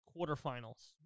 quarterfinals